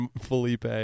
Felipe